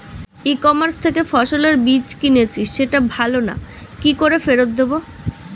ই commerce থেকে ফসলের বীজ কিনেছি সেটা ভালো না কি করে ফেরত দেব?